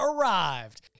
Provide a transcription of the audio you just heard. arrived